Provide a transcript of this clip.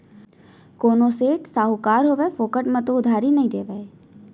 कोनो सेठ, साहूकार होवय फोकट म तो उधारी नइ देवय